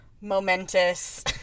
momentous